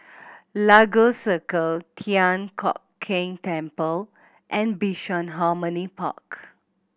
Lagos Circle Thian Hock Keng Temple and Bishan Harmony Park